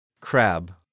crab